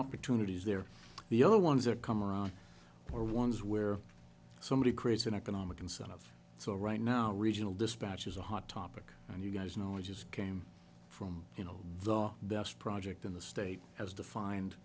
opportunities there the other ones that come around are ones where somebody creates an economic incentive so right now regional dispatch is a hot topic and you guys know i just came from you know the best project in the state as defined